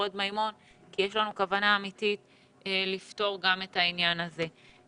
נמרוד מימון כי יש לנו כוונה אמיתית לפתור גם את העניין הזה.